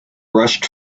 rushed